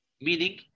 Meaning